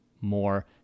more